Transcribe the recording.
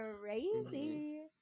Crazy